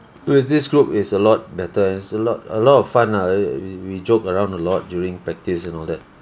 with this group is a lot better and is a lot a lot of fun lah err we we joke around a lot during practice and all that